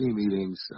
meetings